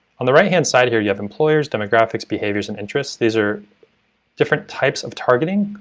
on the right hand side here you have employers, demographics, behaviors and interests, these are different types of targeting,